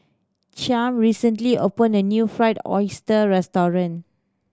Chaim recently opened a new Fried Oyster restaurant